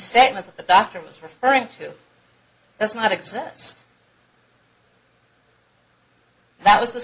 statement that the doctor was referring to that's not exist that is the